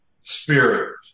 spirit